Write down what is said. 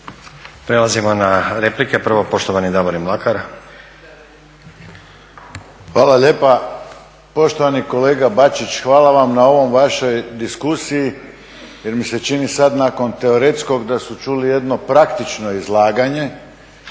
Prelazimo na replike. Prvo poštovani Davorin Mlakar. **Mlakar, Davorin (HDZ)** Hvala lijepa. Poštovani kolega Bačić, hvala vam na ovoj vašoj diskusiji jer mi se čini sad nakon teoretskog da su čuli jedno praktično izlaganje